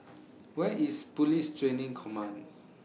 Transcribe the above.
Where IS Police Training Command